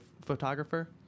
photographer